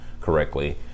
correctly